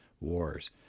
wars